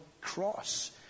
cross